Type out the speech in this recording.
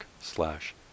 slash